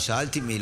שאלתי מי,